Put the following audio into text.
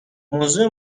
موضوع